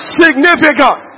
significant